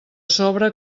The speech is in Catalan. sobre